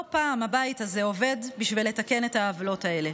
לא פעם הבית הזה עובד בשביל לתקן את העוולות הללו.